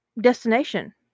destination